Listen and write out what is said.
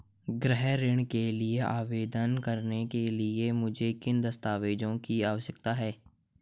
गृह ऋण के लिए आवेदन करने के लिए मुझे किन दस्तावेज़ों की आवश्यकता है?